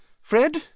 Fred